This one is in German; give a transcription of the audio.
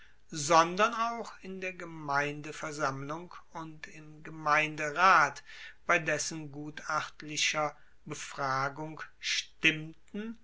sondern auch in der gemeindeversammlung und im gemeinderat bei dessen gutachtlicher befragung stimmten